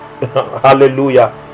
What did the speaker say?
Hallelujah